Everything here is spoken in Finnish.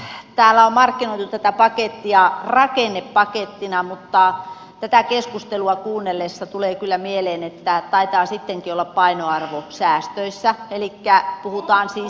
täällä on markkinoitu tätä pakettia rakennepakettina mutta tätä keskustelua kuunnellessa tulee kyllä mieleen että taitaa sittenkin olla painoarvo säästöissä elikkä puhutaan siis säästöpaketista